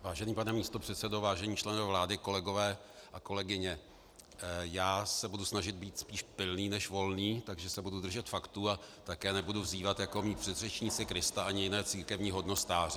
Vážený pane místopředsedo, vážení členové vlády, kolegové a kolegyně, budu se snažit být spíš Pilný než Volný, takže se budu držet faktů a také nebudu vzývat jako mí předřečníci, Krista ani jiné církevní hodnostáře.